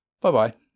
Bye-bye